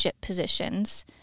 positions